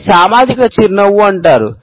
దీన్ని సామాజిక చిరునవ్వు అంటారు